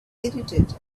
irritated